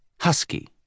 husky